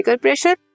pressure